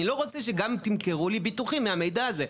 אני לא רוצה שגם תמכרו לי ביטוחים מהמידע הזה.